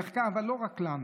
אבל לא רק לנו.